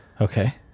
okay